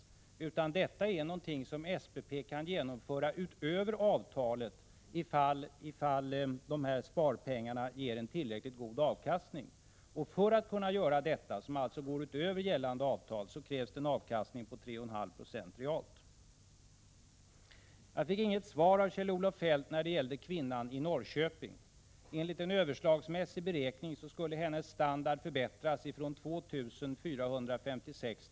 Det är i stället någonting som SPP kan genomföra utöver avtalet ifall sparpengarna ger en tillräckligt god avkastning. För att man skall kunna göra det, som alltså går utöver gällande avtal, krävs en 61 avkastning på 3,5 90 realt. Jag fick inget svar av Kjell-Olof Feldt när det gäller kvinnan i Norrköping. Enligt en överslagsmässig SCB-beräkning skulle kvinnans standard förbättras från 2 456 kr.